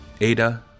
Ada